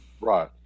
Right